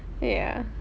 ya